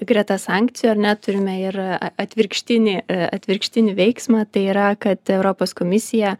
greta sankcijų ar ne turime ir atvirkštinį atvirkštinį veiksmą tai yra kad europos komisija